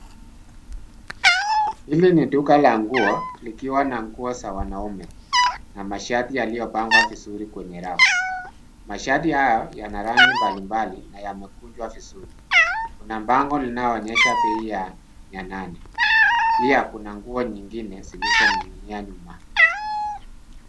Hili ni duka la nguo likiwa na nguo za wanaume na mashati yaliopangwa vizuri kwenye rafu. Mashati haya yana rangi mbalimbali na yamekunjwa vizuri. Kuna bango linaonyesha bei ya mia nane. Pia kuna nguo nyingine zilizoning'inia nyuma.